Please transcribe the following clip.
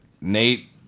Nate